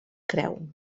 creu